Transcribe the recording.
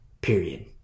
Period